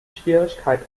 schwierigkeit